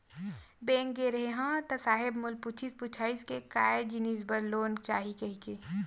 Bank गे रेहे हंव ता साहेब मोला पूछिस पुछाइस के काय जिनिस बर लोन चाही कहिके?